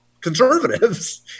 conservatives